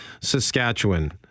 Saskatchewan